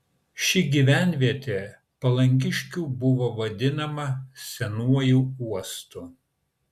ši gyvenvietė palangiškių buvo vadinama senuoju uostu